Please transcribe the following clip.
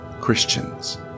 Christians